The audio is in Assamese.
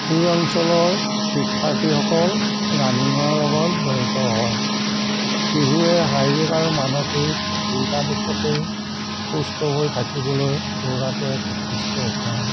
এই অঞ্চলৰ শিক্ষাৰ্থীসকল ৰানিঙৰ লগত জড়িত হয় শিশুৱে শাৰীৰিক আৰু মানসিক দুয়োটা দিশতেই সুস্থ হৈ থাকিবলৈ দৌৰাটো এক উৎকৃষ্ট উপায়